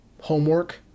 homework